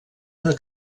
una